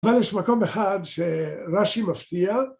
אבל יש מקום אחד שרש״י מפתיע